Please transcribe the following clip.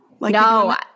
No